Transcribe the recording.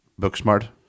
Booksmart